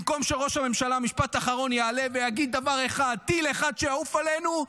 זה במקום שראש הממשלה יעלה ויגיד דבר אחד: טיל אחד שיעוף עלינו,